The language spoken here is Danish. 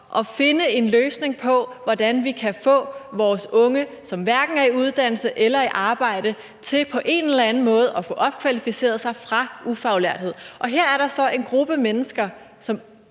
at finde en løsning på, hvordan vi kan få vores unge, som hverken er i uddannelse eller i arbejde, til på en eller anden måde at få opkvalificeret sig fra ufaglærthed, og her er der så en gruppe mennesker,